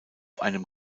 einem